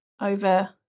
over